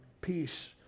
peace